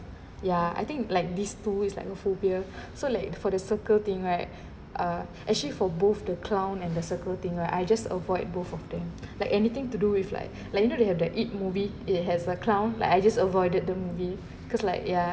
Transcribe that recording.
ya I think like these two is like a phobia so like for the circle thing right uh actually for both the clown and the circle thing right I just avoid both of them like anything to do with like like you know they have that it movie it has a clown like I just avoided the movie cause like ya